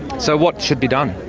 so what should be done? oh